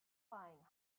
flying